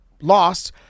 Lost